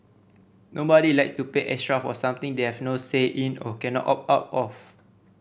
nobody likes to pay extra for something they have no say in or cannot opt out of